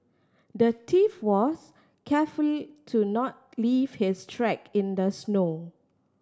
the thief was careful to not leave his track in the snow